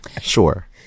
Sure